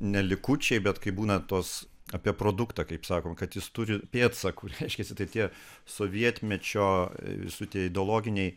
ne likučiai bet kaip būna tuos apie produktą kaip sakom kad jis turi pėdsakų reiškiasi tai tie sovietmečio visų tie ideologiniai